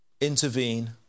intervene